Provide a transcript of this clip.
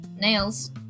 nails